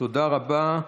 תודה רבה.